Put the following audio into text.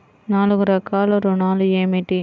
నాలుగు రకాల ఋణాలు ఏమిటీ?